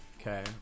Okay